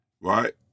right